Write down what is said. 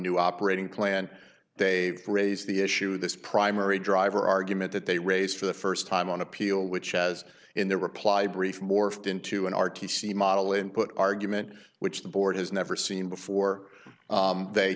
new operating plan they raise the issue this primary driver argument that they raised for the first time on appeal which has in their reply brief morphed into an r t c model and put argument which the board has never seen before they